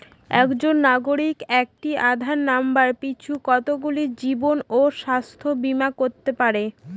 একজন নাগরিক একটি আধার নম্বর পিছু কতগুলি জীবন ও স্বাস্থ্য বীমা করতে পারে?